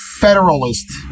federalist